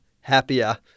Happier